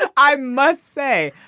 i must say,